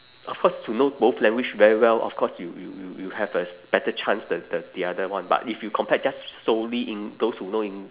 of course to know both language very well of course you you you you have a better chance than than the other one but if you compared just solely en~ those who know en~